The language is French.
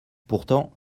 pourtant